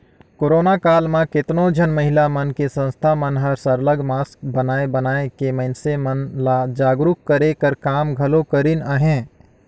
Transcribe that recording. corona काल म केतनो झन महिला मन के संस्था मन हर सरलग मास्क बनाए बनाए के मइनसे मन ल जागरूक करे कर काम घलो करिन अहें